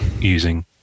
using